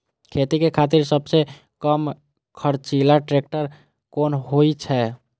खेती के खातिर सबसे कम खर्चीला ट्रेक्टर कोन होई छै?